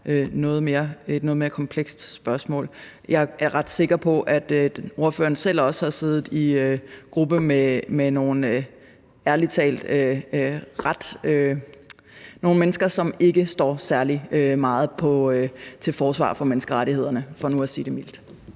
mere kompleks spørgsmål. Jeg er ret sikker på, at ordføreren selv også har siddet i gruppe med nogle mennesker, som ærlig talt ikke står særlig meget til forsvar for menneskerettighederne, for nu at sige det mildt.